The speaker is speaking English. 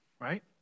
Right